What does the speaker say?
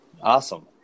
Awesome